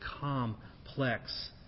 complex